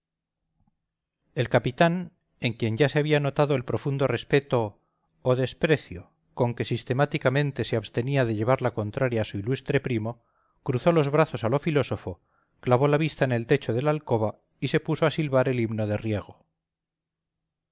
el capitán en quien ya se había notado el profundo respeto o desprecio con que sistemáticamente se abstenía de llevar la contraria a su ilustre primo cruzó los brazos a lo filósofo clavó la vista en el techo de la alcoba y se puso a silbar el himno de riego